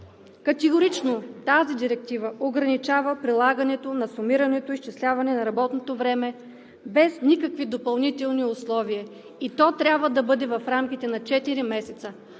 категорично ограничава прилагането на сумираното изчисляване на работното време без никакви допълнителни условия и то трябва да бъде в рамките на четири месеца.